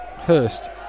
Hurst